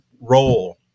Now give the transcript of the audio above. role